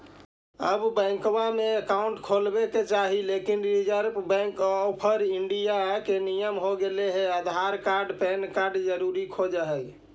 आब बैंकवा मे अकाउंट खोलावे ल चाहिए लेकिन रिजर्व बैंक ऑफ़र इंडिया के नियम हो गेले हे आधार कार्ड पैन कार्ड जरूरी खोज है?